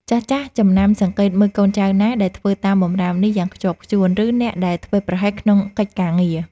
ចាស់ៗចំណាំសង្កេតមើលកូនចៅណាដែលធ្វើតាមបម្រាមនេះយ៉ាងខ្ជាប់ខ្ជួន ឬអ្នកដែលធ្វេសប្រហែសក្នុងកិច្ចការងារ។